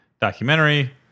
documentary